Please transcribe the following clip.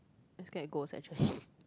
I scared ghost actually